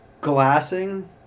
glassing